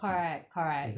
correct correct